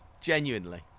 Genuinely